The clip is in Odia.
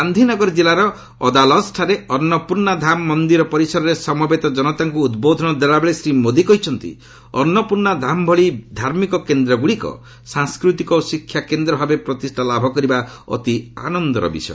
ଗାନ୍ଧୀନଗର କିଲ୍ଲାର ଅଦାଲଜଠାରେ ଅନ୍ନପୂର୍ଣ୍ଣାଧାମ ମନ୍ଦିର ପରିସରରେ ସମବେତ ଜନତାଙ୍କୁ ଉଦ୍ବୋଧନ ଦେଲାବେଳେ ଶ୍ରୀ ମୋଦି କହିଛନ୍ତି ଅନ୍ନପୂର୍ଣ୍ଣାଧାମ ଭଳି ଧାର୍ମିକ କେନ୍ଦ୍ରଗୁଡ଼ିକ ସାଂସ୍କୃତିକ ଓ ଶିକ୍ଷା କେନ୍ଦ୍ରଭାବେ ପ୍ରତିଷ୍ଠା ଲାଭ କରିବା ଅତି ଆନନ୍ଦର ବିଷୟ